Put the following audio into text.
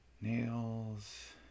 Nails